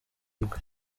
rwe